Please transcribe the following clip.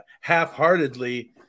half-heartedly